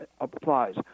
applies